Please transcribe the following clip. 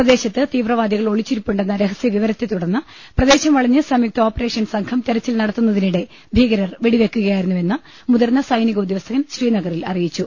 പ്രദേശത്ത് തീവ്രവാദികൾ ഒളിച്ചിരിപ്പു ണ്ടെന്ന രഹസ്യ വിവരത്തെ തുടർന്ന്പ്രദേശം വളഞ്ഞ് സംയുക്ത ഓപ്പ റേഷൻ സംഘം തിരച്ചിൽ നടത്തുന്നതിനിടെ ഭീകരർ വെടിവെക്കുകയാ യിരുന്നുവെന്ന് മുതിർന്ന സൈനിക ഉദ്യോഗസ്ഥൻ ശ്രീനഗറിൽ അറി യിച്ചു